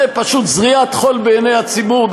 זה פשוט זריית חול בעיני הציבור,